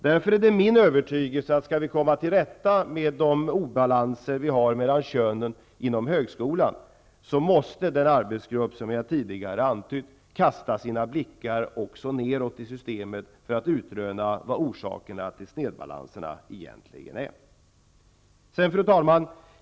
Därför är det min övertygelse, om vi skall komma till rätta med obalansen mellan könen inom högskolan, att arbetsgruppen, som jag tidigare har antytt, måste kasta sina blickar också nedåt i systemet för att utröna vad orsakerna till snedbalansen egentligen är. Fru talman!